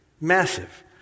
massive